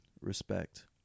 Respect